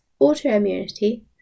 autoimmunity